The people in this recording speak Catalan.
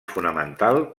fonamental